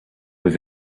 was